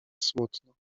smutno